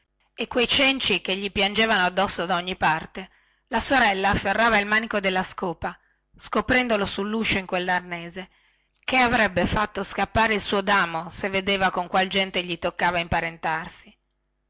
e quei cenci che gli piangevano addosso da ogni parte la sorella afferrava il manico della scopa se si metteva sulluscio in quellarnese chè avrebbe fatto scappare il suo damo se avesse visto